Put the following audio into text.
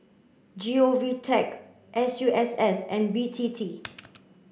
G O V tech S U S S and B T T